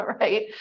right